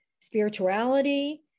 spirituality